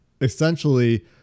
essentially